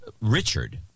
Richard